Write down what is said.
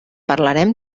parlarem